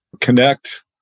connect